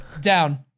down